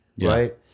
right